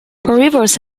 rivers